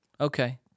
Okay